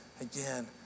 again